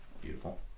Beautiful